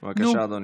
בבקשה, אדוני.